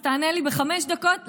אז תענה לי בחמש דקות.